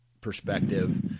perspective